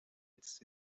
it’s